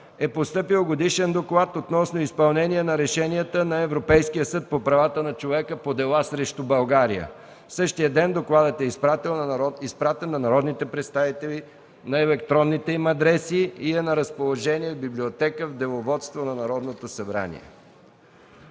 е постъпил Годишен доклад относно изпълнение на решенията на Европейския съд по правата на човека по дела срещу България. Същия ден докладът е изпратен на народните представители на електронните им адреси и е на разположение в Библиотеката и в Деловодството на Народното събрание.